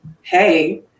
Hey